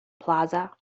plaza